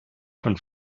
von